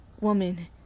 Woman